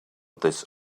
this